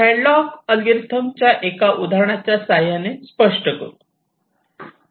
हॅडलॉकच्या algorithm एका उदाहरणाच्या सहाय्याने स्पष्ट करू